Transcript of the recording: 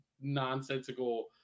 nonsensical